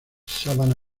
sabana